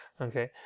okay